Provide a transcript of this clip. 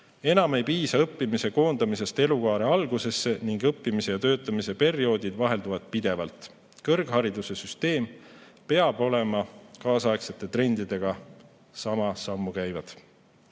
Enam ei piisa õppimise koondamisest elukaare algusse ning õppimise ja töötamise perioodid vahelduvad pidevalt. Kõrgharidussüsteem peab olema kaasaegsete trendidega sama sammu käiv.